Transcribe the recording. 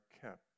kept